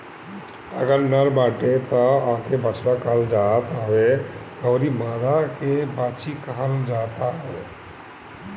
अगर नर बाटे तअ एके बछड़ा कहल जात हवे अउरी मादा के बाछी कहल जाता हवे